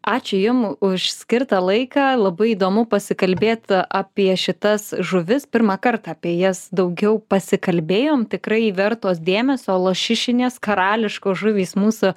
ačiū jum už skirtą laiką labai įdomu pasikalbėt apie šitas žuvis pirmą kartą apie jas daugiau pasikalbėjom tikrai vertos dėmesio lašišinės karališkos žuvys mūsų